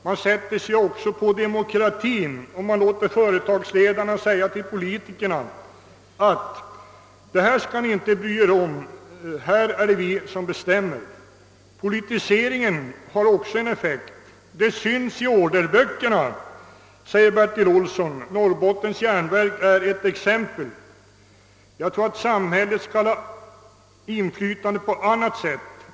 Man sätter sig också på demokratin om man låter företagsledarna säga till politikerna att ”det här skall ni inte bry er om, här är det vi som bestämmer”. Politiseringen har också en effekt. Det syns i orderböckerna. Norrbottens järnverk är ett exempel. Jag tror att samhället skall ha inflytande på annat sätt.